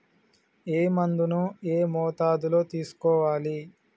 ఏ మందును ఏ మోతాదులో తీసుకోవాలి?